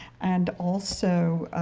and also,